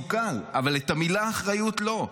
בסיוג קל, אבל את המילה "אחריות" לא.